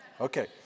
Okay